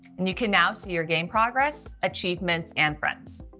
and you can now see your game progress, achievements and friends.